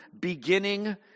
beginning